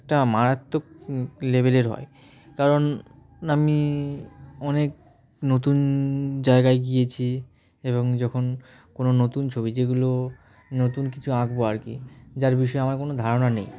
একটা মারাত্মক লেভেলের হয় কারণ আমি অনেক নতুন জায়গায় গিয়েছি এবং যখন কোনো নতুন ছবি যেগুলো নতুন কিছু আঁকবো আর কি যার বিষয়ে আমার কোনো ধারণা নেই